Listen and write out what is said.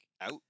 out